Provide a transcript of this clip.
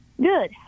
Good